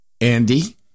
Andy